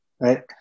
right